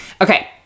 Okay